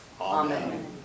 Amen